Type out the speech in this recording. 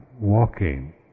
walking